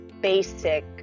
basic